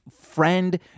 friend